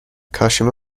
کاشیما